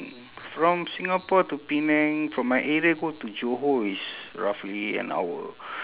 from singapore to penang from my area go to johor is roughly an hour